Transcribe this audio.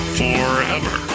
forever